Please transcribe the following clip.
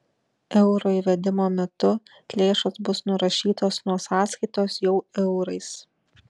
euro įvedimo metu lėšos bus nurašytos nuo sąskaitos jau eurais